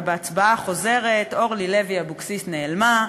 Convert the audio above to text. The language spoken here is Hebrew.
ובהצבעה החוזרת אורלי לוי אבקסיס נעלמה,